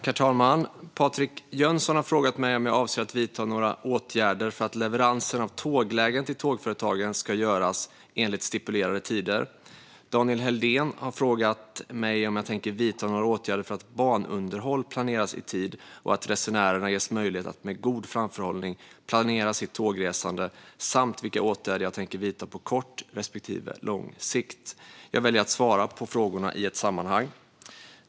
Herr talman! Patrik Jönsson har frågat mig om jag avser att vidta några åtgärder för att leveransen av tåglägen till tågföretagen ska göras enligt stipulerade tider. Daniel Helldén har frågat mig om jag tänker vidta några åtgärder för att banunderhåll ska planeras i tid och att resenärerna ges möjlighet att med god framförhållning planera sitt tågresande samt vilka åtgärder jag tänker vidta på kort respektive lång sikt. Jag väljer att svara på frågorna i ett sammanhang.